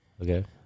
Okay